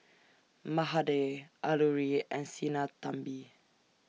Mahade Alluri and Sinnathamby